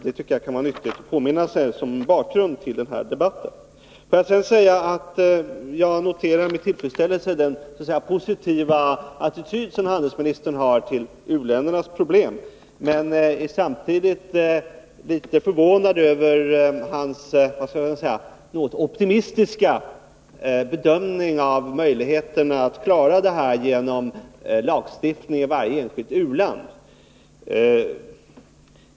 Det tycker jag kan vara nyttigt att påvisa som bakgrund till debatten. Jag noterar med tillfredsställelse den positiva attityd som handelsministern har till u-ländernas problem men är samtidigt litet förvånad över hans optimistiska bedömning av möjligheterna att klara problemen genom lagstiftning i varje enskilt u-land.